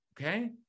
okay